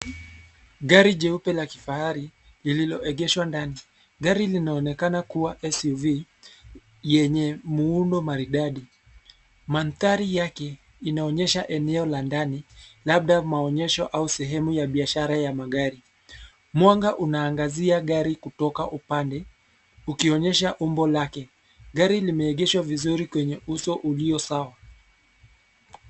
Gari jeupe la kifahari lililoegeshwa ndani. Gari linaonekana kuwa ni SUV yenye muundo maridadi. Mandhari yake inaonyesha eneo la ndani labda maonyesho au sehemu ya biashara ya magari. Mwanga unaangazia gari kutoka upande ukionyesha umbo lake. Gari limeegeshwa vizuri kwenye uso ulio sawa.